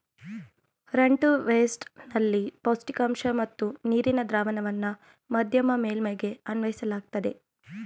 run to waste ನಲ್ಲಿ ಪೌಷ್ಟಿಕಾಂಶ ಮತ್ತು ನೀರಿನ ದ್ರಾವಣವನ್ನ ಮಧ್ಯಮ ಮೇಲ್ಮೈಗೆ ಅನ್ವಯಿಸಲಾಗ್ತದೆ